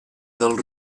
del